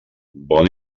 bon